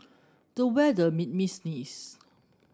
the weather made me sneeze